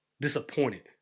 disappointed